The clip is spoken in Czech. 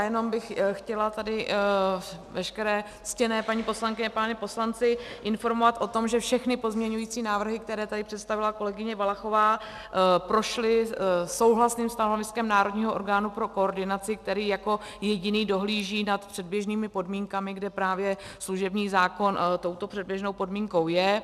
Jenom bych tady chtěla veškeré ctěné paní poslankyně a pány poslance informovat o tom, že všechny pozměňovací návrhy, které tady představila kolegyně Valachová, prošly souhlasným stanoviskem národního orgánu pro koordinaci, který jako jediný dohlíží nad předběžnými podmínkami, kde právě služební zákon touto předběžnou podmínkou je.